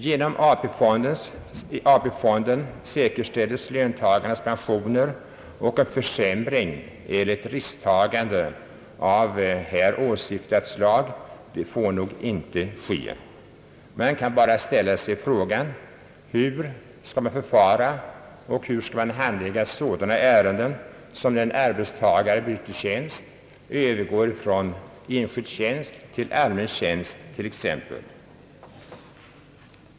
Genom AP fonden säkerställes löntagarnas pensioner, och en försämring eller ett risktagande av här åsyftat slag får icke ske. Man kan bara ställa frågan: Hur skall man förfara eller handlägga ärenden som när en arbetstagare byter tjänst, övergår från enskild till allmän tjänst?